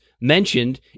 mentioned